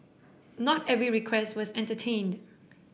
not every request was entertained